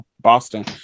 Boston